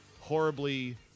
horribly